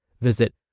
Visit